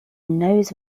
knows